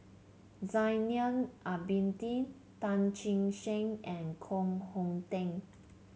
Zainal Abidin Tan Che Sang and Koh Hong Teng